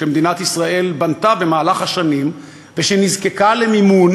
שמדינת ישראל בנתה במהלך השנים ושנזקקה למימון,